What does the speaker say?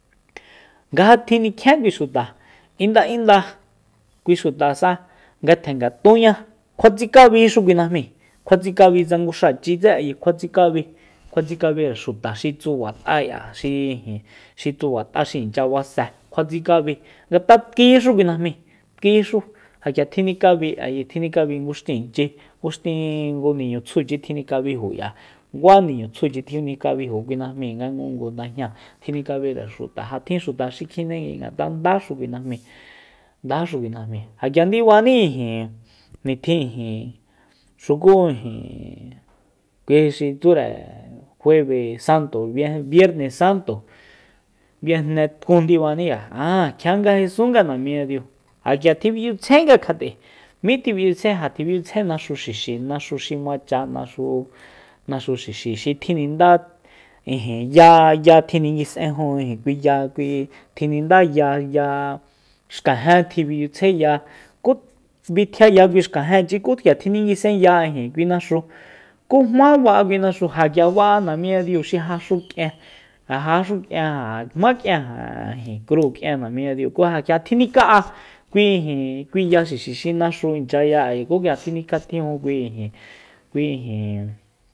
Nga ja tjinikjien kui xuta inda inda kui xutasa ngatjen ngatúña kjua tsikabixu kui najmi kjua tsikabi tsa nguxachitse ayi kjua tsikabi kjua tsikabire xuta xi tsubat'a k'ia xi ijin xi tsubat'a xi inchya base kjua tsikabi ngat'a tkíxu kui najmi tkíxu ja k'ia tjinikabi ayi tjinikabi nguxtinchi nguxtin ngu niñutsjuchi tjinikabiju k'ia nguá niñutsjuchi tjinikabijo kui najmíi nga ngungu ndajñáa tjinikabire xuta ja tjin xuta xi kjenengui ngat'a ndaxu kui najmi ndaxu kui najmi ja k'ia ndibani ijin nitjin ijin xuku ijin kui xi tsúre juevesanto biernesanto biejne tkun ndibani k'ia kjia nga jesúnga namiñadiu ja k'ia tjiminchyitsjainga kjat'e mí tjiminhyitsjae ja tjiminchyitsjae naxu xixi naxu xi macha naxu. naxu xixi xi tjinindá ijin ya- ya tjininguis'ejun kui ya kui tjinindá ya- ya xkajen tjiminchyitsjaeya ku bitjiaya kui xkajenchi ku k'ia tjininguis'enya ijin kui naxu ku jmá ba'a kui naxu k'ia ba'a namiñadiu xi ja xu k'ien ja jaxu k'ien jma k'ien ja kru k'ien namiña diu ku ja k'ia tjinika'a kui ijin kui ya xixi xi naxu inchya ya ku k'ia tjinikjatjijun kui ijin kui ijin